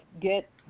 get